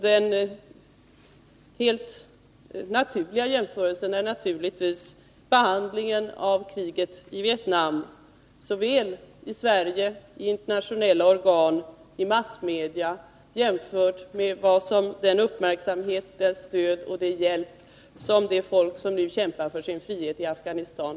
Den helt naturliga jämförelsen är givetvis behandlingen av kriget i Vietnam såväl i Sverige som i internationella organ och i massmedia och den behandling i form av uppmärksamhet, stöd och hjälp som kommer det folk till del som nu kämpar för sin frihet i Afghanistan.